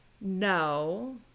No